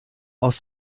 aus